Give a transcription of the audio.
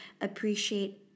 appreciate